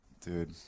Dude